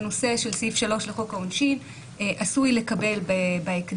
הנושא של סעיף 3 לחוק העונשין עשוי לקבל בהקדם